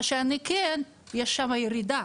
מה שאני כן, יש שם ירידה,